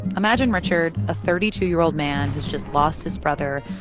imagine richard, a thirty two year old man who's just lost his brother,